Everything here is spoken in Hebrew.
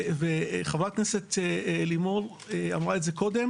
וחברת הכנסת לימור אמרה את זה קודם